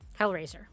Hellraiser